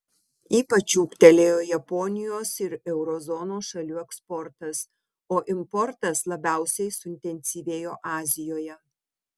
ypač ūgtelėjo japonijos ir euro zonos šalių eksportas o importas labiausiai suintensyvėjo azijoje